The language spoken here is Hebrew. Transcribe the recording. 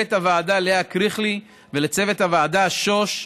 למנהלת הוועדה לאה קריכלי ולצוות הוועדה שוש,